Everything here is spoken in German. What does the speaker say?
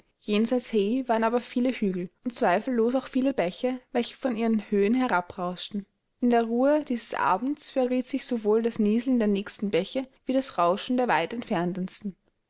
waren aber viele hügel und zweifellos auch viele bäche welche von ihren höhen herabrauschten in der ruhe dieses abends verriet sich sowohl das rieseln der nächsten bäche wie das rauschen der weit entferntesten